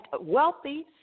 Wealthy